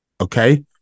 okay